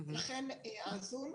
לכן הזום,